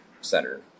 center